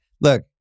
Look